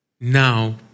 now